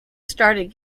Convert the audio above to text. started